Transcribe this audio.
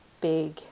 big